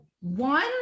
one